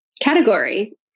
category